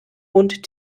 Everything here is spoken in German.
und